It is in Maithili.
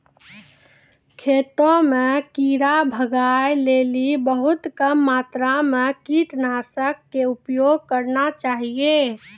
खेतों म कीड़ा भगाय लेली बहुत कम मात्रा मॅ कीटनाशक के उपयोग करना चाहियो